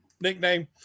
nickname